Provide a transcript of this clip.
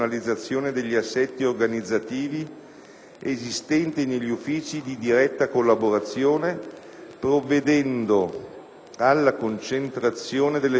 esistenti negli uffici di diretta collaborazione, provvedendo alla concentrazione delle funzioni e all'unificazione delle strutture